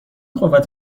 قوت